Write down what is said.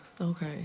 okay